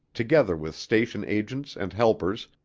together with station agents and helpers,